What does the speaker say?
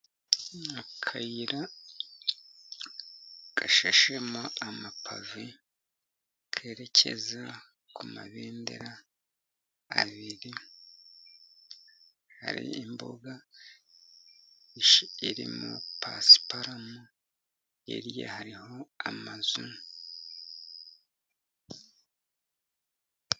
Akayira gashashemo amapave kerekeza ku mabendera abiri, hari imbuga irimo pasiparumu hirya hariho amazu.